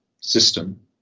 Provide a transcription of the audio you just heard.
system